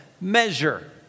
measure